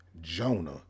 jonah